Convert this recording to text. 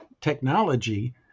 technology